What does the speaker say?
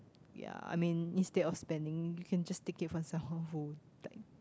ya I mean instead of spending you can just take it from someone who like